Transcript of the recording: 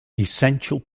essential